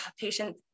patient